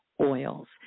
oils